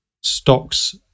stocks